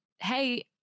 Hey